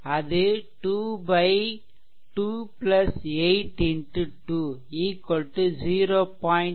அது 2 28 x 2 0